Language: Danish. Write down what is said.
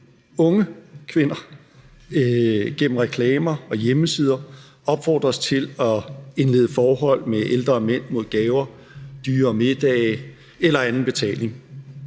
unge kvinder, gennem reklamer og hjemmesider opfordres til at indlede forhold til ældre mænd mod gaver, dyre middage eller anden betaling.